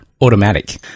Automatic